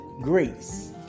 Grace